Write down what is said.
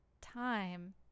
time